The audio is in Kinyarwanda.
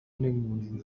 n’impunzi